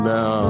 Now